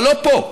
אבל לא פה,